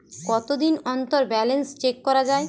কতদিন অন্তর balance check করা য়ায়?